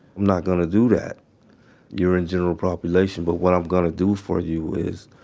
not gonna do that you're in general population. but what i'm gonna do for you is,